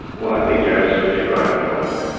well i think you're absolutely right norman.